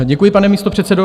Děkuji, pane místopředsedo.